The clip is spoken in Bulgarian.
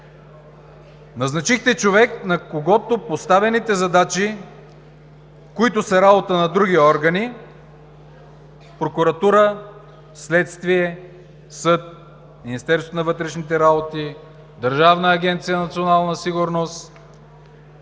Назначихте човек, на когото са поставени задачи, които са работа на други органи – прокуратура, следствие, съд, Министерството